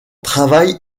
travail